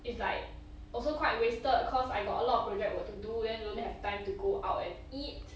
it's like also quite wasted cause I got a lot of project work to do then don't have time to go out and eat